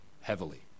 heavily